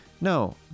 No